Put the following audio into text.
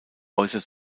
äußert